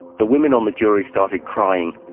the women on the jury started crying.